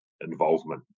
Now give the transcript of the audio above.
involvement